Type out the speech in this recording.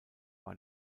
war